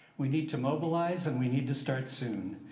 we need to mobileize and we need to start soon.